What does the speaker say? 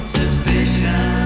suspicion